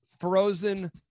frozen